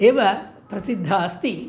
एव प्रसिद्धा अस्ति